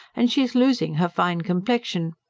and she is losing her fine complexion